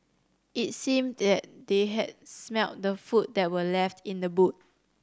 it seemed that they had smelt the food that were left in the boot